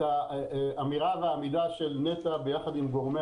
את האמירה והעמידה של נת"ע יחד עם גורמי